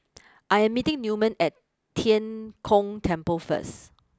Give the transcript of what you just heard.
I am meeting Newman at Tian Kong Temple first